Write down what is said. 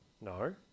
no